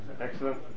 Excellent